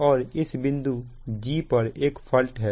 और इस बिंदु g पर एक फॉल्ट है